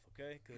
okay